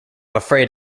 afraid